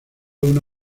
una